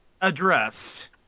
address